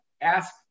ask